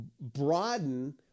broaden